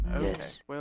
Yes